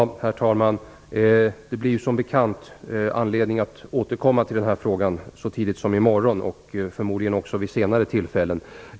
Herr talman! Vi får som bekant anledning att återkomma till denna fråga redan i morgon, och förmodligen också vid andra tillfällen senare.